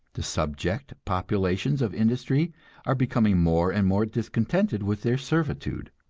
the subject populations of industry are becoming more and more discontented with their servitude,